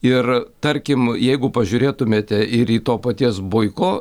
ir tarkim jeigu pažiūrėtumėte ir į to paties boiko